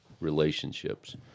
relationships